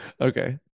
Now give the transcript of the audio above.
Okay